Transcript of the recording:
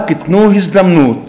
רק תנו הזדמנות,